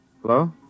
Hello